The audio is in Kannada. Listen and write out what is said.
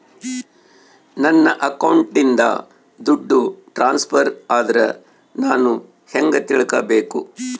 ನನ್ನ ಅಕೌಂಟಿಂದ ದುಡ್ಡು ಟ್ರಾನ್ಸ್ಫರ್ ಆದ್ರ ನಾನು ಹೆಂಗ ತಿಳಕಬೇಕು?